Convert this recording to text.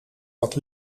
dat